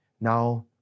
Now